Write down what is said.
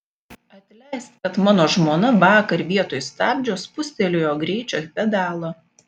atleisk kad mano žmona vakar vietoj stabdžio spustelėjo greičio pedalą